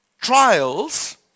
trials